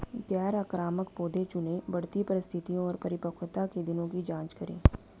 गैर आक्रामक पौधे चुनें, बढ़ती परिस्थितियों और परिपक्वता के दिनों की जाँच करें